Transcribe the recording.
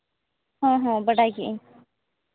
ᱦᱳᱭ ᱦᱳᱭ ᱵᱟᱰᱟᱭ ᱠᱮᱫᱼᱟᱹᱧ